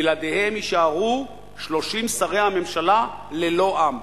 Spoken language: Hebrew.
בלעדיהם יישארו 30 שרי הממשלה ללא עם.